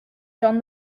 john